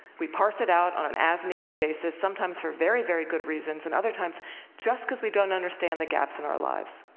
we parse it out on an as-needed basis, sometimes for very very good reasons, and other times just because we don't understand the gaps in our lives.